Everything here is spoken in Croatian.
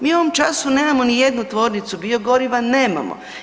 Mi u ovom času nemamo ni jednu tvornicu biogoriva, nemamo.